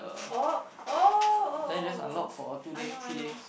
orh orh orh orh orh orh I know I know